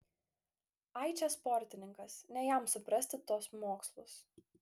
ai čia sportininkas ne jam suprasti tuos mokslus